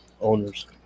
owners